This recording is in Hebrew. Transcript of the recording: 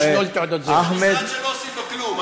לא, אחמד, זה משרד שלא עושים בו כלום.